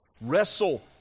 wrestle